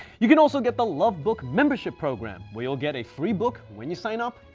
you can also get the lovebook membership program where you'll get a free book when you sign up,